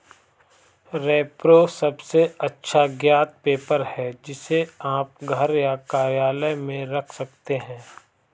repro सबसे अच्छा ज्ञात पेपर है, जिसे आप घर या कार्यालय में रख सकते हैं